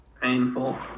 Painful